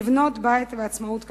לבנות בית ועצמאות כלכלית,